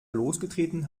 losgetreten